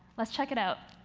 let's check it out.